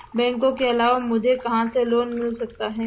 बैंकों के अलावा मुझे कहां से लोंन मिल सकता है?